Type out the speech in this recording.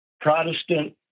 Protestant